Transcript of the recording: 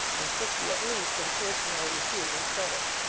and fifty at least in personal repute and credit.